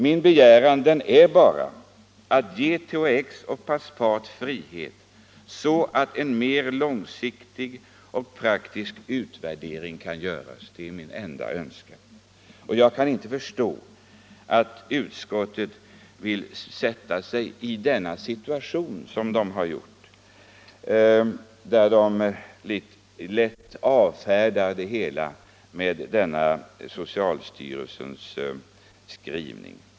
Min begäran är bara att THX och Paspat skall ges fria så att en mer långsiktig och praktsik utvärdering av dem kan göras. Jag kan inte förstå att utskottet vill försätta sig i situationen att bara avfärda det hela med denna socialstyrelsens skrivning.